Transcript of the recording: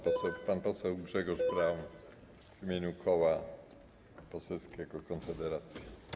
Pan poseł Grzegorz Braun w imieniu Koła Poselskiego Konfederacja.